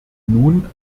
nun